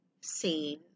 seen